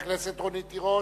חברת הכנסת רונית תירוש,